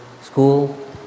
school